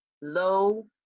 low